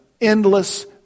endless